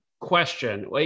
Question